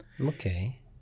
Okay